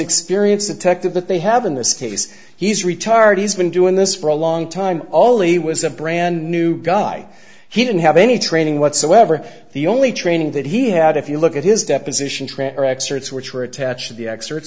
experienced attempted that they have in this case he's retired he's been doing this for a long time only was a brand new guy he didn't have any training whatsoever the only training that he had if you look at his deposition tranter excerpts which were attached to the expert